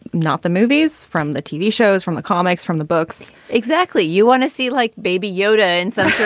not the movies. from the tv shows. from the comics. from the books exactly. you want to see like baby yoda and some